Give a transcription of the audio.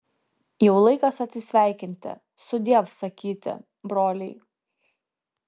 jau laikas atsisveikinti sudiev sakyti broliai